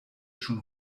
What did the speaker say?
schon